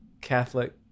Catholic